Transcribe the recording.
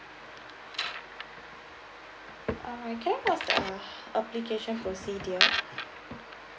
uh can I know the application procedure